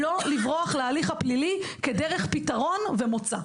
לא לברוח להליך הפלילי כדרך פתרון וכמוצא.